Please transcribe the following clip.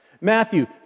Matthew